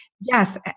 Yes